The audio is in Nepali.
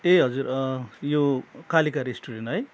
ए हजुर यो कालिका रास्टुरेन्ट है